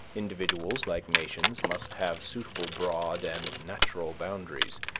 individuals, like nations, must have suitable broad and natural boundaries,